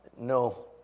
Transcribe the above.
No